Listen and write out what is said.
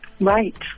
Right